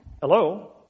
Hello